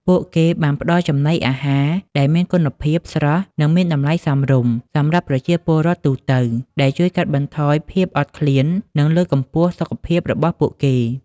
ពួកគេបានផ្តល់ចំណីអាហារដែលមានគុណភាព ស្រស់ និងមានតម្លៃសមរម្យសម្រាប់ប្រជាពលរដ្ឋទូទៅ ដែលជួយកាត់បន្ថយភាពអត់ឃ្លាន និងលើកកម្ពស់សុខភាពរបស់ពួកគេ។